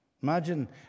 Imagine